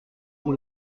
pour